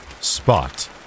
...spot